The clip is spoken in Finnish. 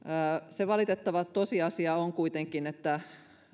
valitettava tosiasia on kuitenkin että